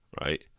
right